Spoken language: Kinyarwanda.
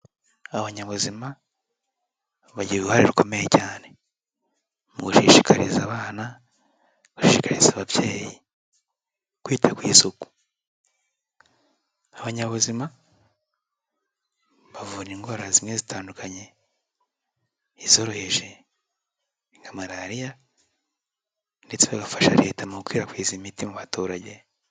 Abanyabuzima bagira uruhare rukomeye cyane mu gushishikariza abana, gushishikariza ababyeyi, kwita ku isuku, abanyabuzima bavura indwara zimwe zitandukanye, izoroheje nka malariya ndetse bagafasha Leta mu gukwirakwiza imiti mu baturage.